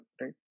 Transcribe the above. right